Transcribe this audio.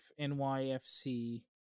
NYFC